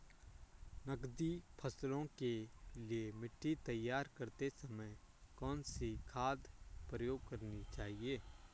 नकदी फसलों के लिए मिट्टी तैयार करते समय कौन सी खाद प्रयोग करनी चाहिए?